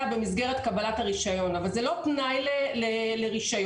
במסגרת קבלת הרישיון אבל זה לא תנאי לרישיון,